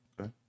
Okay